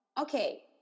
okay